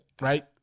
right